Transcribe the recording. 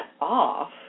off